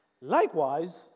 likewise